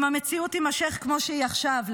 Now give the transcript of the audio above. אם המציאות תימשך כמו שהיא עכשיו,